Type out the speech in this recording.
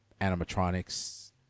animatronics